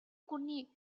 гүрний